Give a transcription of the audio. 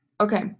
Okay